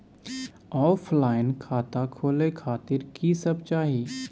Offline खाता खोले खातिर की सब चाही?